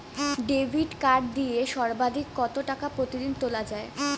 Debit card দিয়ে সর্বাধিক কত টাকা প্রতিদিন তোলা য়ায়?